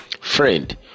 friend